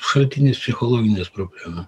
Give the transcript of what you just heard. šaltinis psichologinės problemo